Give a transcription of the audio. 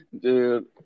dude